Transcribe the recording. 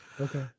Okay